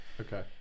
Okay